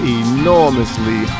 enormously